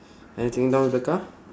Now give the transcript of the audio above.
anything down with the car